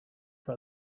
for